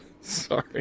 Sorry